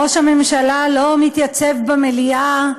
ראש הממשלה לא מתייצב במליאה,